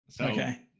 Okay